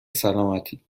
سلامتی